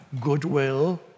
goodwill